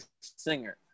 Singer